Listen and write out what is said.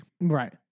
Right